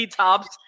tops